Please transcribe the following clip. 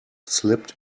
slipped